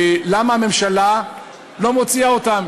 למה הממשלה לא מוציאה אותם,